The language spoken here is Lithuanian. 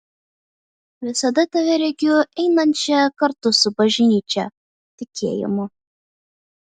visada tave regiu einančią kartu su bažnyčia tikėjimu